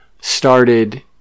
started